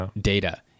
data